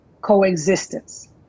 coexistence